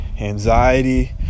anxiety